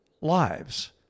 lives